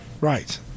Right